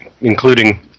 including